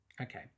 Okay